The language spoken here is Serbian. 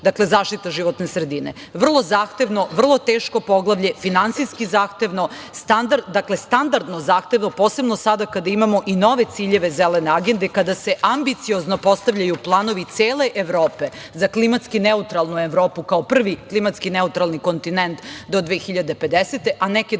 dakle, zaštita životne sredine. Vrlo zahtevno, vrlo teško poglavlje, finansijski zahtevno, standardno zahtevno, posebno sada kada imamo i nove ciljeve Zelene agende i kada se ambiciozno postavljaju planovi cele Evrope za klimatski neutralnu Evropu, kao prvi klimatski neutralni kontinent do 2050. godine,